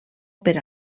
per